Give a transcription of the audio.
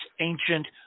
ancient